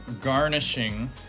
garnishing